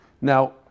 now